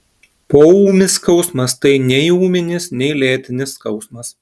poūmis skausmas tai nei ūminis nei lėtinis skausmas